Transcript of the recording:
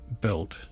built